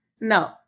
No